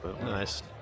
Nice